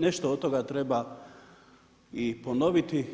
Nešto od toga treba i ponoviti,